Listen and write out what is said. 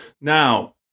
Now